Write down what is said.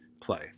play